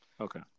Okay